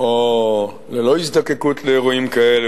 או ללא הזדקקות לאירועים כאלה,